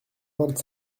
vingt